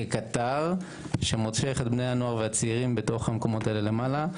כקטר שמושך את בני הנוער והצעירים בתוך המקומות האלה למעלה,